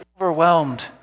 overwhelmed